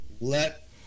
Let